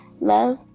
Love